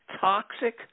Toxic